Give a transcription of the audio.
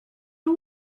two